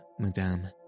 Madame